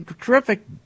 terrific